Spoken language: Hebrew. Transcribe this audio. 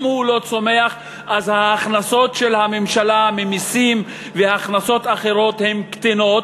אם הוא לא צומח אז ההכנסות של הממשלה ממסים והכנסות אחרות קטנות,